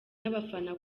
n’abafana